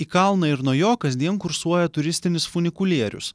į kalną ir nuo jo kasdien kursuoja turistinis funikulierius